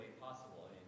possible